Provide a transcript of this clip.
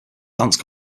dance